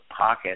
pocket